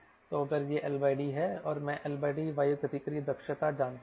तो अगर यह LD है और मैं LD वायुगतिकीय दक्षता जानता हूं